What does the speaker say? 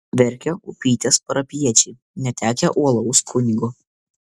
verkia upytės parapijiečiai netekę uolaus kunigo